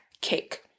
Cake